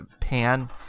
pan